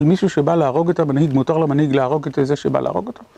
מישהו שבא להרוג את המנהיג, מותר למנהיג להרוג את זה שבא להרוג אותו?